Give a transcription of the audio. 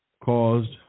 caused